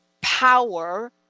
power